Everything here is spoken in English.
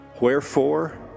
Wherefore